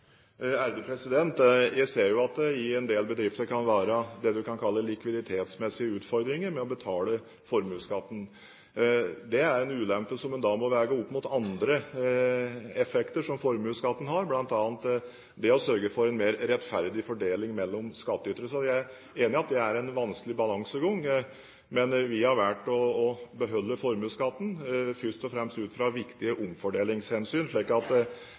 Jeg ser jo at det i en del bedrifter kan være det du kan kalle likviditetsmessige utfordringer med å betale formuesskatten. Det er en ulempe som en må veie opp mot andre effekter som formuesskatten har, bl.a. det å sørge for en mer rettferdig fordeling mellom skattytere. Så jeg er enig i at det er en vanskelig balansegang, men vi har valgt å beholde formuesskatten først og fremst ut fra viktige omfordelingshensyn, slik